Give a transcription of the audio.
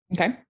Okay